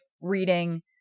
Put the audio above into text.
reading